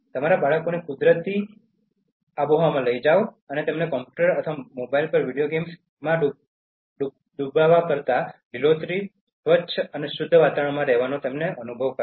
તમારા બાળકોને કુદરતી આસપાસની જગ્યામાં લઈ જાઓ અને તેમના કમ્પ્યુટર અથવા મોબાઇલ પર વિડિઓ ગેમ્સમાં ડૂબવા કરતાં લીલોતરી સ્વચ્છ અને શુદ્ધ વાતાવરણમાં રહેવાનો આનંદ અનુભવો